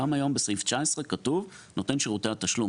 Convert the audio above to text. גם היום בסעיף 19 כתוב: נותן שירותי התשלום,